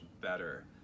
better